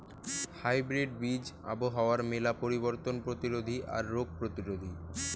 hybrid বীজ আবহাওয়ার মেলা পরিবর্তন প্রতিরোধী আর রোগ প্রতিরোধী